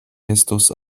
estos